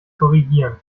korrigieren